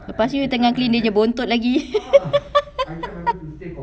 lepas tu you tengah cleaning buntut lagi